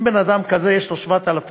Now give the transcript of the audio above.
אם בן-אדם כזה, יש לו 7,000 שקלים,